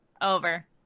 Over